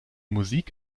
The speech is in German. musik